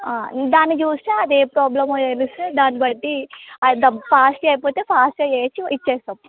ఆ దాన్ని చూసీ అది ఏ ప్రాబ్లమో తెలిస్తే దాన్నిబట్టీ అది ద ఫాస్ట్గా ఐపోతే ఫాస్ట్గా చేయవచ్చు ఇచ్చేస్తాము